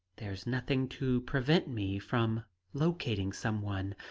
there's nothing to prevent me from locating some one,